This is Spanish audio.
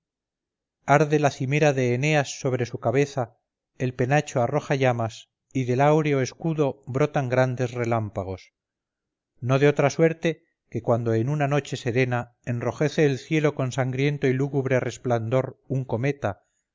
la cimera de eneas sobre su cabeza el penacho arroja llamas y del áureo escudo brotan grandes relámpagos no de otra suerte que cuando en una noche serena enrojece el cielo con sangriento y lúgubre resplandor un cometa